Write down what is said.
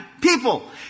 people